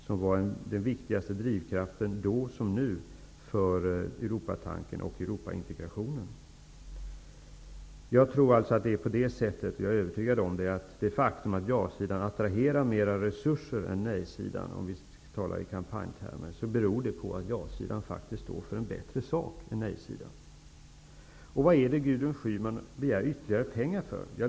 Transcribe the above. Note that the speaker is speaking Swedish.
Det är den viktigaste drivkraften nu, och var även då, för Europatanken och Jag är övertygad om att det är på det viset att det faktum att ja-sidan attraherar större resurser än nej-sidan -- för att tala i kampanjtermer -- beror på att ja-sidan faktiskt står för en bättre sak än nejsidan. Vad är det som Gudrun Schyman begär ytterligare pengar för?